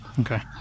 Okay